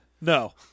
no